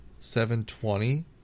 720